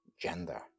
gender